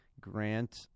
Grant